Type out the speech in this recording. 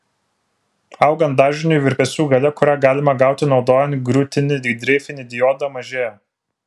augant dažniui virpesių galia kurią galima gauti naudojant griūtinį dreifinį diodą mažėja